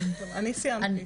אני סיימתי.